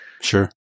Sure